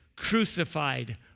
crucified